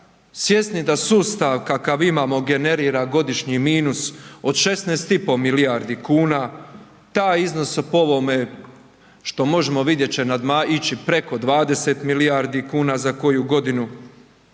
svjesni da sustav kakav imamo generira godišnji minus od 16,5 milijardi kuna. Taj iznos po ovome što možemo vidjeti će ići preko 20 milijardi kuna za koju godinu.